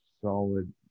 solid